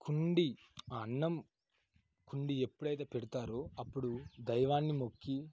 ఉండి అన్నం ఉండి ఎప్పుడైతే పెడతారో అప్పుడు దైవాన్ని మొక్కి